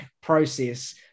process